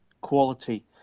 quality